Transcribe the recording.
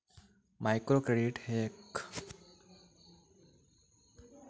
micro credit ह्या मायक्रोफायनान्सचो एक भाग असा, ज्या वित्तीय सेवांचो विस्तृत श्रेणी प्रदान करता